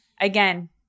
again